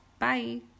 Bye